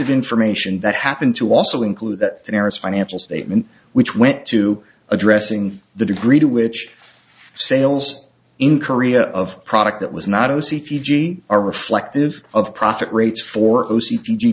of information that happened to also include that era's financial statement which went to addressing the degree to which sales in korea of product that was not o c fiji are reflective of profit rates for